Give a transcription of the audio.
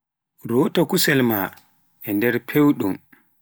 resu kusel maa e nder fewɗum.